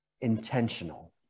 intentional